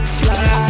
fly